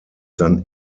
dann